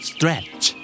Stretch